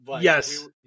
Yes